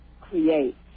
create